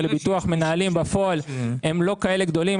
לביטוח מנהלים בפועל הם לא כאלה גדולים.